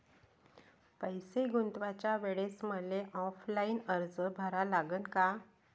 पैसे गुंतवाच्या वेळेसं मले ऑफलाईन अर्ज भरा लागन का?